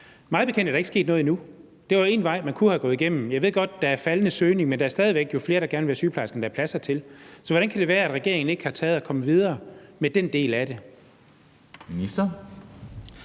Mig bekendt er der ikke sket noget endnu. Det var en vej, man kunne være gået. Jeg ved godt, at der er faldende søgning, men der er jo stadig væk flere, der gerne vil være sygeplejerske, end der er pladser til. Så hvordan kan det være, at regeringen ikke er kommet videre med den del af det?